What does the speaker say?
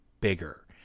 bigger